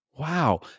wow